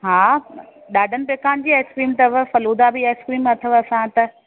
हा ॾाढनि प्रकारनि जी आइस्क्रीम अथव फ़ालूदा बि आइस्क्रीम अथव असां वटि त